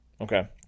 Okay